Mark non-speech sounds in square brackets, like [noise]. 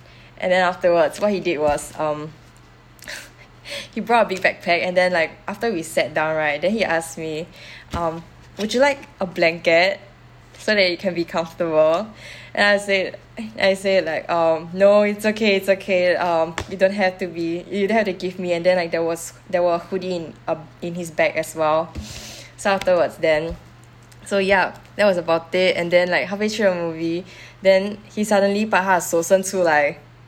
and then afterwards what he did was um [laughs] he brought a big backpack and then like after we sat down right then he ask me would you like a blanket so that you can be comfortable then I say eh I say it like um no it's okay it's okay you don't have to be you don't have to give me and then like there was there were hoodie um in his bag as well [noise] so afterwards then so ya that was about it and then like halfway through the movie then he suddenly 把他手伸出来